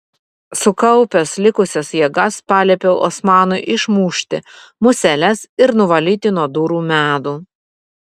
sukaupęs likusias jėgas paliepiau osmanui išmušti museles ir nuvalyti nuo durų medų